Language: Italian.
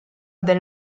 del